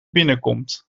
binnenkomt